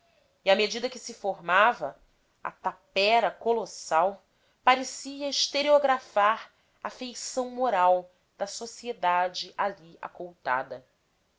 e à medida que se formava a tapera colossal parecia estereografar a feição moral da sociedade ali acoutada era